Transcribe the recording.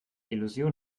illusion